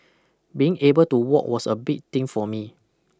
being able to walk was a big thing for me